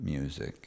music